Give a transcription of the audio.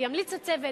ימליץ הצוות,